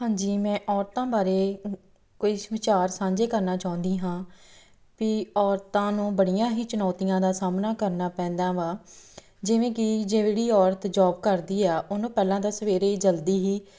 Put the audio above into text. ਹਾਂਜੀ ਮੈਂ ਔਰਤਾਂ ਬਾਰੇ ਕੁਛ ਵਿਚਾਰ ਸਾਂਝੇ ਕਰਨਾ ਚਾਹੁੰਦੀ ਹਾਂ ਵੀ ਔਰਤਾਂ ਨੂੰ ਬੜੀਆਂ ਹੀ ਚੁਣੌਤੀਆਂ ਦਾ ਸਾਹਮਣਾ ਕਰਨਾ ਪੈਂਦਾ ਵਾ ਜਿਵੇਂ ਕਿ ਜਿਹੜੀ ਔਰਤ ਜੋਬ ਕਰਦੀ ਆ ਉਹਨੂੰ ਪਹਿਲਾਂ ਤਾਂ ਸਵੇਰੇ ਜਲਦੀ ਹੀ